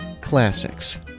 Classics